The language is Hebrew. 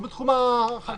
לא בתחום החקיקה.